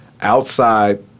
outside